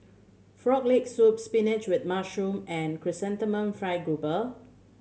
Frog Leg Soup spinach with mushroom and Chrysanthemum Fried Garoupa